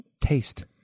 Taste